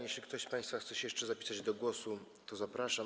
Jeśli ktoś z państwa chce się jeszcze zapisać do głosu, to zapraszam.